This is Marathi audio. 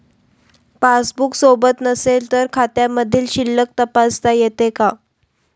पासबूक सोबत नसेल तर खात्यामधील शिल्लक तपासता येते का?